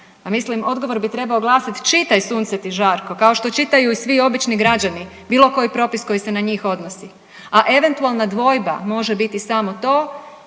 mislim odgovor bi trebao glasiti čitaj sunce ti žarko kao što čitaju i svi obični građani bilo koji propis koji se na njih odnosi, a eventualna dvojba može biti samo to